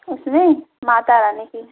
उसमें माता रानी की